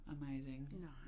amazing